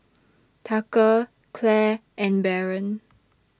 Tucker Clair and Baron